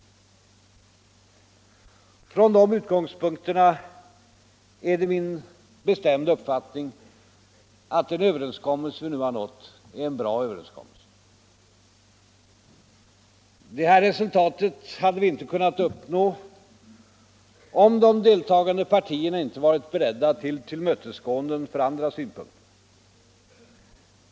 Från dessa utgångspunkter är det min bestämda uppfattning att den överenskommelse vi nu har nått är.en bra överenskommelse. Detta resultat hade inte kunnat uppnås om de deltagande partierna inte varit beredda på tillmötesgåenden för andra synpunkter.